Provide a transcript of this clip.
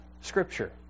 scripture